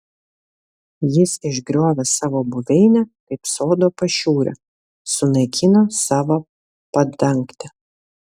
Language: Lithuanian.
jis išgriovė savo buveinę kaip sodo pašiūrę sunaikino savo padangtę